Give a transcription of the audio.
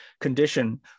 condition